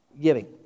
giving